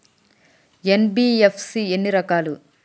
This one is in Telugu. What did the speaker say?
ఎన్.బి.ఎఫ్.సి ఎన్ని రకాలు?